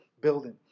building